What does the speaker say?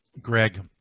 Greg